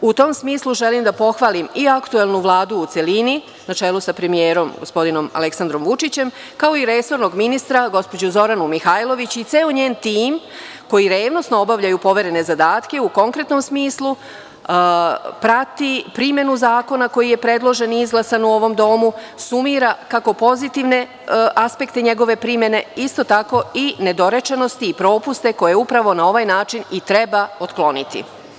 U tom smislu, želim da pohvalim i aktuelnu Vladu u celini, na čelu sa premijerom gospodinom Aleksandrom Vučićem, kao i resornog ministra gospođu Zoranu Mihajlović i ceo njen tim, koji revnosno obavljaju poverene zadatke u konkretnom smislu, prate primenu zakona koji je predložen i izglasan u ovom domu, sumira kako pozitivne aspekte njegove primene, isto tako i nedorečenosti i propuste koje upravo na ovaj način i treba otkloniti.